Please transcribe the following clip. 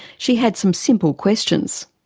she had some simple questions.